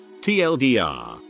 tldr